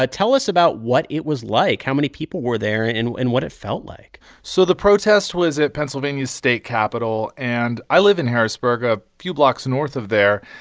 ah tell us about what it was like how many people were there and and what and what it felt like so the protest was at pennsylvania's state capitol. and i live in harrisburg, a few blocks north of there.